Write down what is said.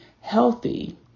healthy